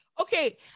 Okay